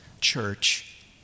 church